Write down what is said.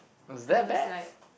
I was like